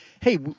hey